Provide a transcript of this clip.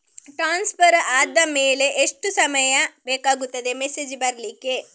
Transfer ಆದ್ಮೇಲೆ ಎಷ್ಟು ಸಮಯ ಬೇಕಾಗುತ್ತದೆ ಮೆಸೇಜ್ ಬರ್ಲಿಕ್ಕೆ?